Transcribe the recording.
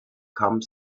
come